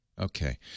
Okay